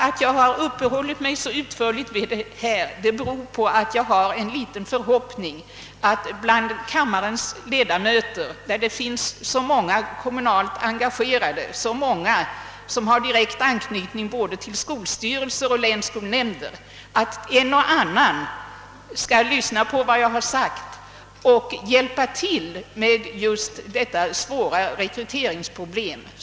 Att jag uppehållit mig så utförligt vid detta beror på att jag hyser en liten förhoppning att en och annan här i kammaren — många av kammarens ledamöter är ju direkt kommunalt enga gerade, har direkt anknytning till både skolstyrelser och länsskolnämnder — lyssnat till vad jag sagt och kommer att hjälpa till att lösa detta svåra rekryteringsproblem.